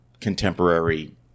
contemporary